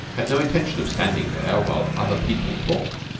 had no intention of standing there while other people talked.